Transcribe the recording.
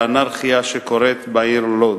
לאנרכיה שקורית בעיר לוד,